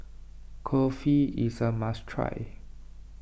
Kulfi is a must try